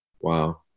Wow